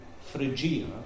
Phrygia